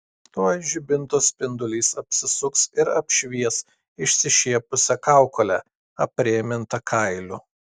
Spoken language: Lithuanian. tuoj žibinto spindulys apsisuks ir apšvies išsišiepusią kaukolę aprėmintą kailiu